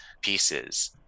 pieces